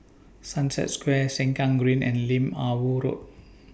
Sunset Square Sengkang Green and Lim Ah Woo Road